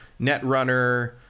netrunner